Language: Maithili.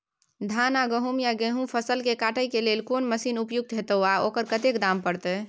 धान आ गहूम या गेहूं फसल के कटाई के लेल कोन मसीन उपयुक्त होतै आ ओकर कतेक दाम परतै?